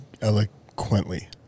Eloquently